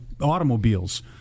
automobiles